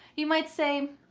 you might say,